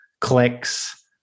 clicks